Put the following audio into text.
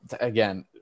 again